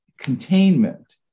containment